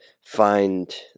find